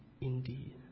indeed